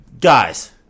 guys